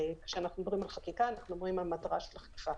כשאנחנו מדברים על חקיקה, המטרה היא אכיפה.